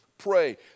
Pray